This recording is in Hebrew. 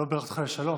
לא בירכתי אותך לשלום,